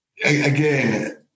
Again